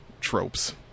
tropes